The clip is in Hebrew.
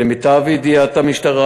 למיטב ידיעת המשטרה,